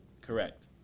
Correct